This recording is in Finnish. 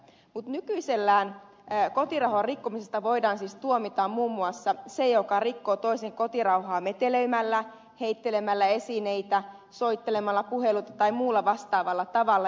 mutta nykyisellään kotirauhan rikkomisesta voidaan siis tuomita muun muassa se joka rikkoo toisen kotirauhaa metelöimällä heittelemällä esineitä soittelemalla puheluita tai muulla vastaavalla tavalla